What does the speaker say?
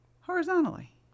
Horizontally